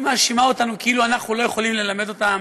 היא מאשימה אותנו כאילו אנחנו לא יכולים ללמד אותם